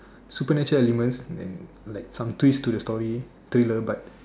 supernatural elements and like some twist to the story thriller but